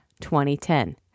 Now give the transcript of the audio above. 2010